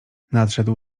nadszedł